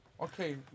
Okay